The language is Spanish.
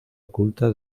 oculta